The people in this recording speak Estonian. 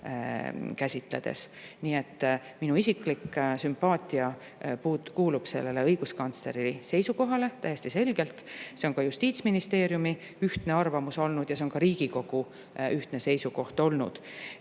käsitledes. Nii et minu isiklik sümpaatia kuulub sellele õiguskantsleri seisukohale täiesti selgelt. See on ka Justiitsministeeriumi ühtne arvamus ja ka Riigikogu ühtne seisukoht olnud.